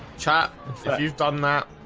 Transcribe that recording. chap you've done that.